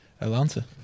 Atlanta